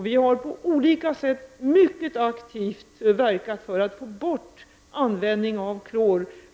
Vi har på olika sätt mycket aktivt verkat för att få bort användningen av klor.